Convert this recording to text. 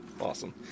awesome